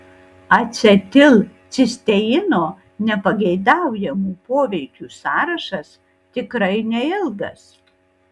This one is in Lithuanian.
acetilcisteino nepageidaujamų poveikių sąrašas tikrai neilgas